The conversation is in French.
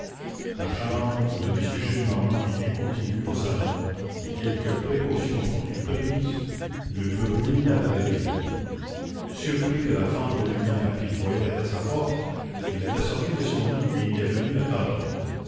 la chambre de m gillenormand était contiguë au salon et quelques précautions qu'on eût prises le bruit l'avait réveillé surpris de la fente de lumière qu'il voyait à sa porte il était sorti de son lit et était venu à tâtons